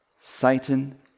Satan